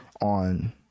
on